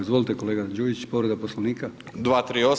Izvolite kolega Đujić, povreda Poslovnika.